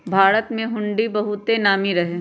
भारत में हुंडी बहुते नामी रहै